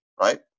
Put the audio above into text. right